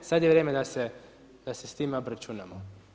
Sad je vrijeme da se s time obračunamo.